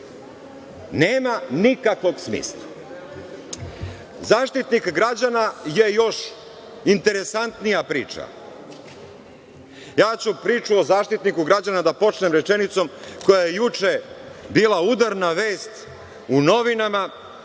nema nikakvog smisla.Zaštitnik građana je još interesantnija priča. Ja ću priču o Zaštitniku građana da počnem rečenicom koja je juče bila udarna vest u novinama